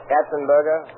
Katzenberger